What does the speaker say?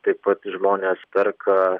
taip pat žmonės perka